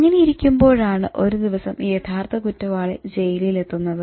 അങ്ങനെ ഇരിക്കുമ്പോഴാണ് ഒരു ദിവസം യഥാർത്ഥ കുറ്റവാളി ജയിലിൽ എത്തുന്നത്